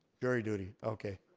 jury duty, okay.